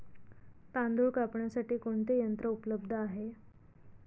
तांदूळ कापण्यासाठी कोणते यंत्र उपलब्ध आहे?